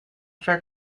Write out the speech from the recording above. for